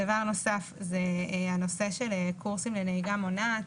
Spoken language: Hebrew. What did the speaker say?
דבר נוסף הוא הנושא של קורסים לנהיגה מונעת.